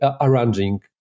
arranging